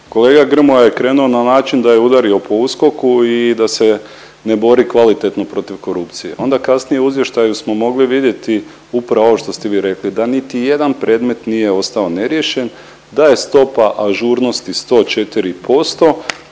kolega Grmoja je krenuo na način da je udario po USKOK-u i da se ne bori kvalitetno protiv korupcije. Onda kasnije u izvještaju smo mogli vidjeti upravo ovo što ste vi rekli da niti jedan predmet nije ostao neriješen, da je stopa ažurnosti 104%